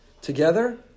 together